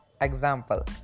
example